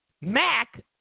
Mac